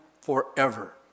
forever